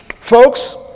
folks